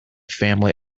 family